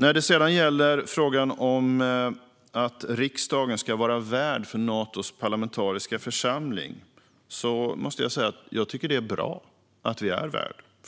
När det sedan gäller frågan om att riksdagen ska vara värd för Natos parlamentariska församling måste jag säga att jag tycker att det är bra att vi är